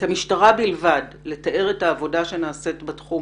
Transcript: את המשטרה בלבד לתאר את העבודה שנעשית בתחום